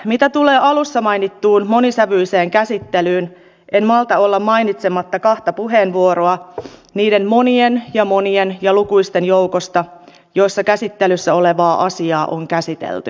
mitä tulee alussa mainittuun monisävyiseen käsittelyyn en malta olla mainitsematta kahta puheenvuoroa niiden monien ja monien ja lukuisten joukosta joissa käsittelyssä olevaa asiaa on käsitelty